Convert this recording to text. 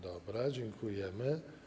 Dobra, dziękujemy.